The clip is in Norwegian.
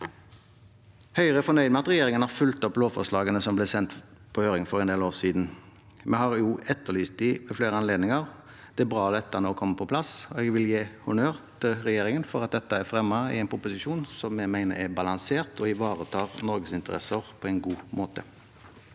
Høyre er fornøyd med at regjeringen har fulgt opp lovforslagene som ble sendt på høring for en del år siden. Vi har også etterlyst dem ved flere anledninger. Det er bra at dette nå kommer på plass, og jeg vil gi honnør til regjeringen for at dette er fremmet i en proposisjon som vi mener er balansert og ivaretar Norges interesser på en god måte.